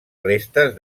restes